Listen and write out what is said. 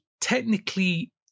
technically